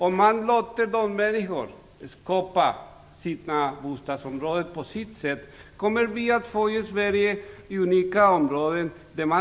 Om man låter människorna skapa sina bostadsområden på deras sätt kommer vi att få unika områden i Sverige.